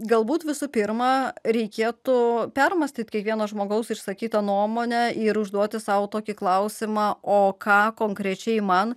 galbūt visų pirma reikėtų permąstyti kiekvieno žmogaus išsakytą nuomonę ir užduoti sau tokį klausimą o ką konkrečiai man